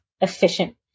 efficient